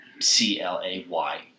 C-L-A-Y